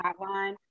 Hotline